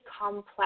complex